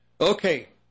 okay